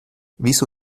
wieso